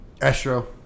Astro